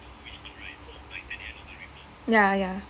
ya ya